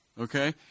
Okay